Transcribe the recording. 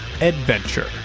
Adventure